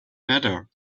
matter